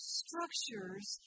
structures